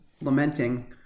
lamenting